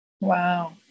wow